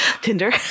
Tinder